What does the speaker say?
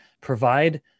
provide